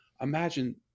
imagine